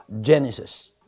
Genesis